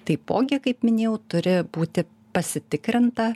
taipogi kaip minėjau turi būti pasitikrinta